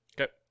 Okay